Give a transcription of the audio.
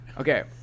Okay